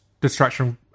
Distraction